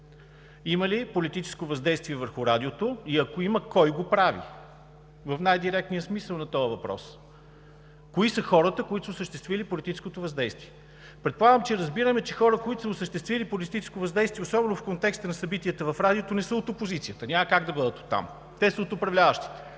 Има ли политическо въздействие върху радиото и, ако има, кой го прави – в най-директния смисъл на този въпрос? Кои са хората, които са осъществили политическото въздействие? Предполагам, че разбираме, че хора, които са осъществили политическо въздействие, особено в контекста на събитията в радиото, не са от опозицията – няма как да бъдат оттам, те са от управляващите.